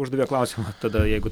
uždavė klausimą tada jeigu